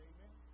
Amen